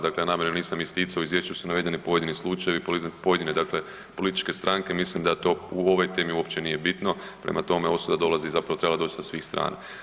Dakle, ja namjerno nisam isticao u izvješću su navedeni pojedini slučajevi, pojedine političke stranke, mislim da to u ovoj temi uopće nije bitno, prema tome osuda dolazi zapravo trebala je doći sa svih strana.